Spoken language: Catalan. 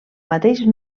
mateix